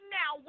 now